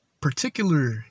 particular